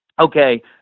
okay